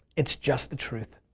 it's just the truth.